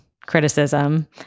criticism